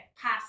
pass